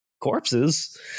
corpses